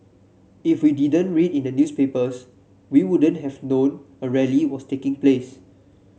if we didn't read in the newspapers we wouldn't have known a rally was taking place